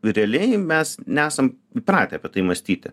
realiai mes nesam įpratę apie tai mąstyti